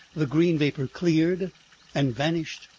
the green vapor cleared and vanished,